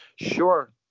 Sure